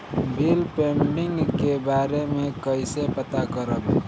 Bill pending के बारे में कईसे पता करब?